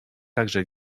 także